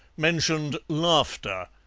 mentioned laughter.